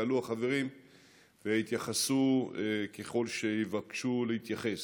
יעלו החברים ויתייחסו ככל שיבקשו להתייחס.